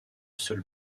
seule